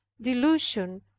delusion